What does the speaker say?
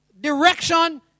direction